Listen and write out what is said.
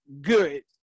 good